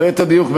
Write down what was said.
ליתר דיוק,